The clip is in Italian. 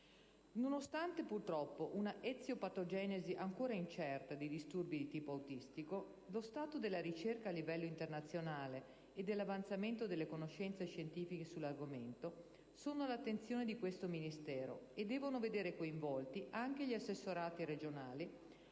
Nonostante purtroppo una eziopatogenesi ancora incerta dei disturbi di tipo autistico, lo stato della ricerca a livello internazionale e dell'avanzamento delle conoscenze scientifiche sull'argomento sono all'attenzione di questo Ministero e devono vedere coinvolti anche gli assessorati regionali